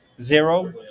zero